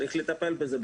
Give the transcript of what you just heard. צריך לטפל בזה.